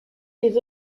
les